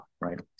right